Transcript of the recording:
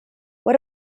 what